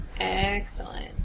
excellent